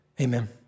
Amen